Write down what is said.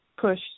push